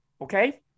Okay